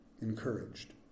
encouraged